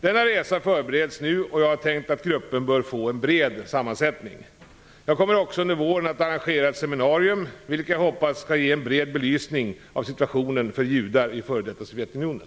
Denna resa förbereds nu, och jag har tänkt att gruppen bör få en bred sammansättning. Jag kommer också under våren att arrangera ett seminarium vilket jag hoppas skall ge en bred belysning av situationen för judar i f.d. Sovjetunionen.